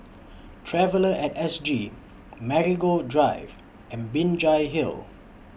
Traveller At S G Marigold Drive and Binjai Hill